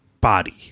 body